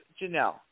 Janelle